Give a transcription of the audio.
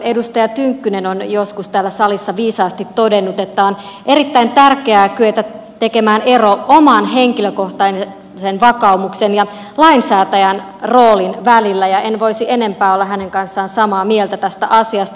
edustaja tynkkynen on joskus täällä salissa viisaasti todennut että on erittäin tärkeää kyetä tekemään ero oman henkilökohtaisen vakaumuksen ja lainsäätäjän roolin välillä ja en voisi enempää olla hänen kanssaan samaa mieltä tästä asiasta